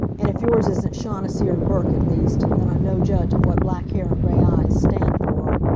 and if yours isn't shaughnessy or burke at least, then i'm no judge of what black hair and gray eyes stand for.